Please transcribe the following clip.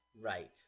Right